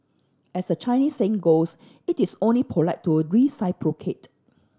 as the Chinese saying goes it is only polite to reciprocate